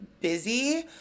busy